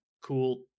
cool